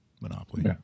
Monopoly